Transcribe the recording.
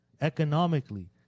economically